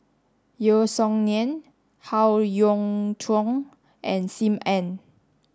Yeo Song Nian Howe Yoon Chong and Sim Ann